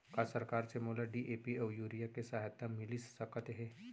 का सरकार से मोला डी.ए.पी अऊ यूरिया के सहायता मिलिस सकत हे?